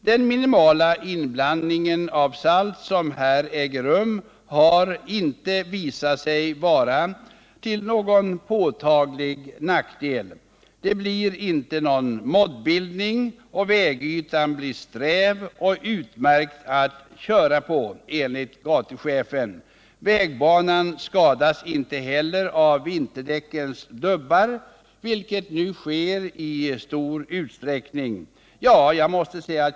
Den minimala inblandning av salt som här äger rum har inte visat sig ha några påtagliga nackdelar. Det blir inte någon moddbildning, och vägytan blir sträv och utmärkt att köra på enligt gatuchefen. Vägbanan skadas inte heller av vinterdäckens dubbar, vilket nu sker i stor utsträckning på saltade vägar.